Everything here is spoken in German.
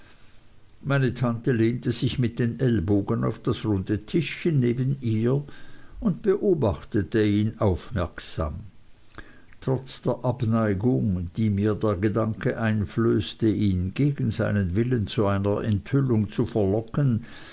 meine tante lehnte sich mit den ellbogen auf das runde tischchen neben ihr und beobachtete ihn aufmerksam trotz der abneigung die mir der gedanke einflößte ihn gegen seinen willen zu einer enthüllung zu verlocken